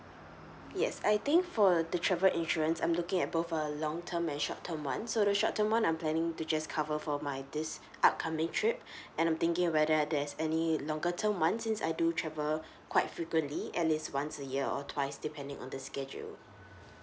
yes I think for the travel insurance I'm looking at both err long term and short term one so the short term one I'm planning to just cover for my this upcoming trip and I'm thinking whether there's any longer term one since I do travel quite frequently at least once a year or twice depending on the schedule